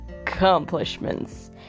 accomplishments